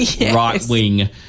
right-wing